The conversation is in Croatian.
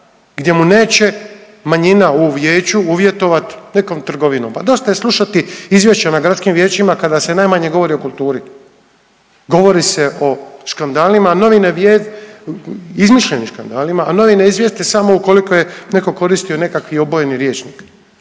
gdje mu neće manjina u vijeću uvjetovat nekom trgovinom. Pa dosta je slušati izvješća na gradskim vijećima kada se najmanje govori o kulturi. Govori se o škandalima, a novine izmišljenim škandalima, a novine izvijeste samo ukoliko je neko koristio nekakvi obojeni rječnik,